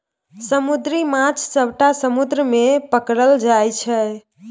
समुद्री माछ सबटा समुद्र मे पकरल जाइ छै